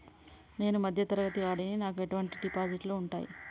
నేను మధ్య తరగతి వాడిని నాకు ఎటువంటి డిపాజిట్లు ఉంటయ్?